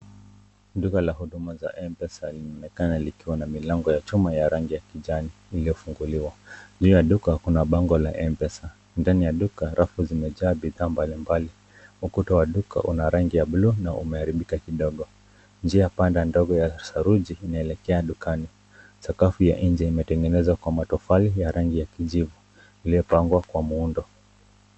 Duka la huduma za mpesa linaonekana likiwa na milango ya chuma ya rangi ya kijani iliyofunguliwa. Juu ya duka kuna bango la mpesa. Ndani ya duka rafu zimejaa bidhaa mbalimbali. Ukuta wa duka una rangi ya buluu na umeaharibika kidogo. Njiapanda ndogo ya saruji inaelekea dukani. Sakafu ya nje imetengenezwa kwa matofali ya rangi ya kijivu iliyopangwa kwa muundo.